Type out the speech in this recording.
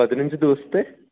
പതിനഞ്ച് ദിവസത്തെ